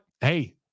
hey